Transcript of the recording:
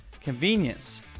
convenience